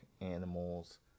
animals